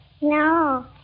No